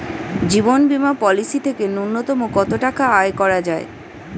জীবন বীমা পলিসি থেকে ন্যূনতম কত টাকা আয় করা যায়?